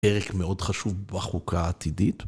פרק מאוד חשוב בחוקה העתידית.